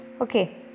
okay